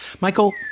Michael